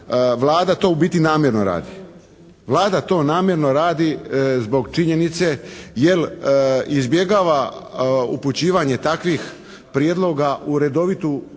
Vlada to u biti namjerno radi. Vlada to namjerno radi zbog činjenice jel' izbjegava upućivanje takvih prijedloga u redovitu